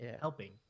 helping